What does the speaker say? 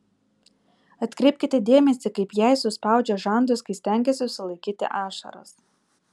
atkreipkite dėmesį kaip jei suspaudžia žandus kai stengiasi sulaikyti ašaras